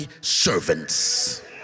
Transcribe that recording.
servants